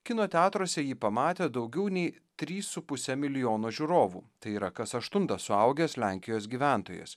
kino teatruose jį pamatė daugiau nei trys su puse milijono žiūrovų tai yra kas aštuntas suaugęs lenkijos gyventojas